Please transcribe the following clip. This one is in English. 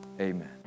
amen